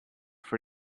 for